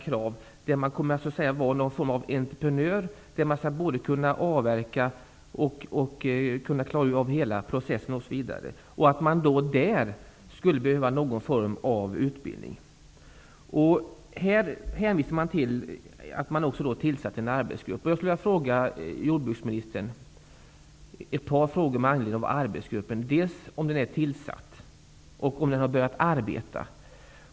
Det sägs att man kommer att fungera som något slags entreprenör, som både skall kunna avverka och klara av hela den övriga processen, och att det skulle behövas någon form av utbildning för det. Jordbruksministern hänvisar också till att en arbetsgrupp är tillsatt. Med anledning därav skulle jag vilja fråga jordbruksministern: Är arbetsgruppen tillsatt? Har den börjat arbeta?